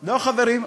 לא, חברים,